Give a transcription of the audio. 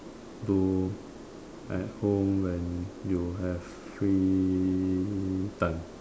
do at home when you have free time